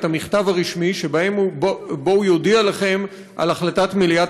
את המכתב הרשמי שבו הוא יודיע לכם על החלטת מליאת